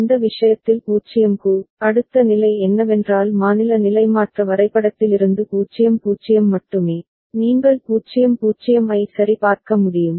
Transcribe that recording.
அந்த விஷயத்தில் 0 க்கு அடுத்த நிலை என்னவென்றால் மாநில நிலைமாற்ற வரைபடத்திலிருந்து 0 0 மட்டுமே நீங்கள் 0 0 ஐ சரி பார்க்க முடியும்